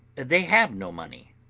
they have no money,